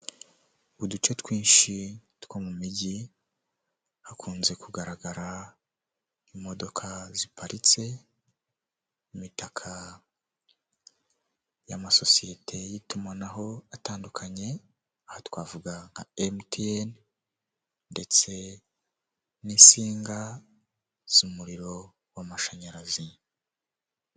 Aha ni mu ikaragiro ry'amata aho hagaragaramo imashini zagenewe gutunganya amata, hakagaragaramo ameza, harimo indobo, harimo amakaro. Iyo urebye ku nkuta hariho irange ry'ubururu, urukuta rwiza cyane rusa n'ubururu ndetse aha hantu ni heza pe.